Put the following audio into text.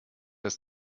das